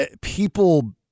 people